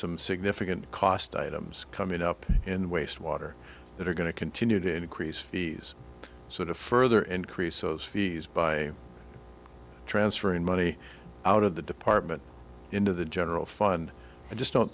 some significant cost items coming up in wastewater that are going to continue to increase fees so to further increase those fees by transferring money out of the department into the general fund i just don't